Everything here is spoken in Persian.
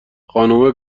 خانومه